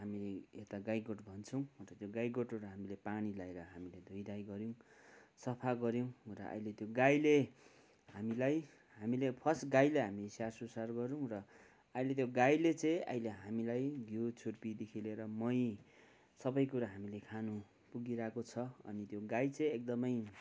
हामी यता गाईगोठ भन्छौँ अन्त त्यो गाईगोठहरू हामीले पानी लगाएर हामीले धोइधाइ गऱ्यौँ सफा गऱ्यौँ र अहिले त्यो गाईले हामीलाई हामीले फर्स्ट गाईले हामी स्याहार सुसार गरौँ र अहिले त्यो गाईले चाहिँ अहिले हामीलाई घिउ छुर्पीदेखी लिएर मही सबै कुरा हामीले खानु पुगिरहेको छ अनि त्यो गाई चाहिँ एकदमै